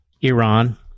Iran